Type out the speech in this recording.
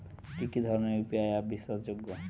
কি কি ধরনের ইউ.পি.আই অ্যাপ বিশ্বাসযোগ্য?